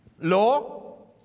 law